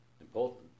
important